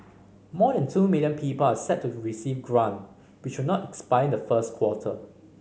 more than two million people are set to receive grant which will not expire in the first quarter